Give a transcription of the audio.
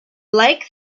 lake